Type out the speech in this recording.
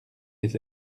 les